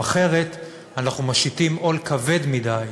אחרת אנחנו משיתים עול כבד מדי